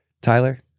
Tyler